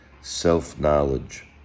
self-knowledge